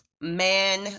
Man